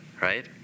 right